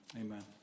amen